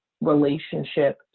relationship